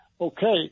Okay